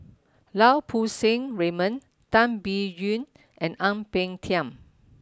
Lau Poo Seng Raymond Tan Biyun and Ang Peng Tiam